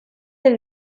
del